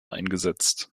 eingesetzt